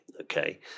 Okay